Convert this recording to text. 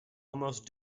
almost